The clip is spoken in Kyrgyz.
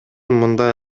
мындай